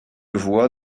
voie